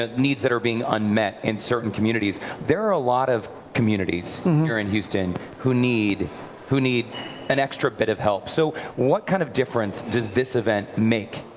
ah needs that are being unmet in certain communities, there are a lot of communities here in houston who need who need an extra bit of help. so what kind of difference does this event make?